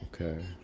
Okay